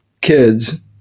kids